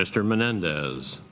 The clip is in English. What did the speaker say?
mr menendez